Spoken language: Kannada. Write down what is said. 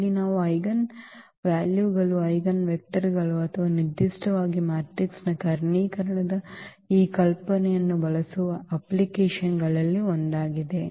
ಇಲ್ಲಿ ನಾವು ಈ ಐಜೆನ್ ವ್ಯಾಲ್ಯೂಗಳು ಐಜೆನ್ವೆಕ್ಟರ್ಗಳು ಅಥವಾ ನಿರ್ದಿಷ್ಟವಾಗಿ ಮ್ಯಾಟ್ರಿಕ್ಸ್ನ ಕರ್ಣೀಕರಣದ ಈ ಕಲ್ಪನೆಯನ್ನು ಬಳಸುವ ಅಪ್ಲಿಕೇಶನ್ಗಳಲ್ಲಿ ಒಂದಾಗಿದೆ